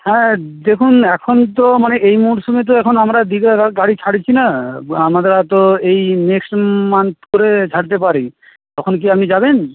হ্যাঁ দেখুন এখন তো মানে এই মরশুমে তো এখন আমরা দীঘার আর গাড়ি ছাড়ছিনা আমরা তো এই নেক্সট মান্থ করে ছাড়তে পারি তখন কি আপনি যাবেন